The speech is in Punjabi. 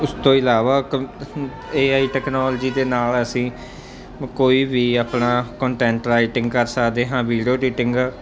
ਉਸ ਤੋਂ ਇਲਾਵਾ ਏਆਈ ਟੈਕਨੋਲਜੀ ਦੇ ਨਾਲ ਅਸੀਂ ਕੋਈ ਵੀ ਆਪਣਾ ਕੋਂਟੈਂਟ ਰਾਈਟਿੰਗ ਕਰ ਸਕਦੇ ਹਾਂ ਵੀਡੀਓ ਅਡੀਟਿੰਗ